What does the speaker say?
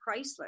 Chrysler